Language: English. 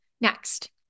Next